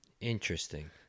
Interesting